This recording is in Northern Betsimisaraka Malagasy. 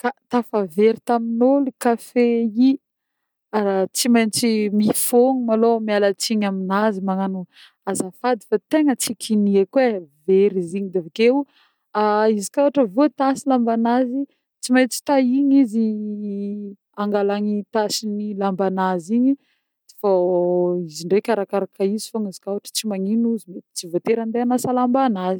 Tafavery tamin'ôlo kafe i, tsy mentsy mifôno malôha miala tsiny aminazy magnano azafady fa tegna tsy kinieko e very izy igny, avy ake izy koà voatasy lamban'azy tsy mentsy tahiny izy angalany tasy ny lamban'azy igny fô izy ndreky arakaraka izy fô izy koà ôhatra tsy magnino izy mety tsy voatery handeha hanasa lamban'azy.